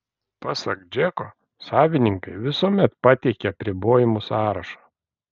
pasak džeko savininkai visuomet pateikia apribojimų sąrašą